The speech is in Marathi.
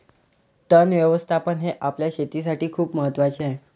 तण व्यवस्थापन हे आपल्या शेतीसाठी खूप महत्वाचे आहे